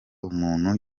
umuntu